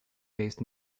based